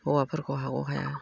हौवाफोरखौ हागौ हाया